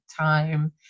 time